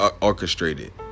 orchestrated